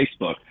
Facebook